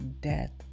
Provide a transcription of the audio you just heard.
death